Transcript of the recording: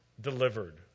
delivered